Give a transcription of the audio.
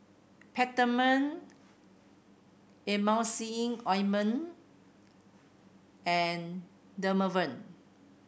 Peptamen Emulsying Ointment and Dermaveen